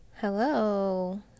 Hello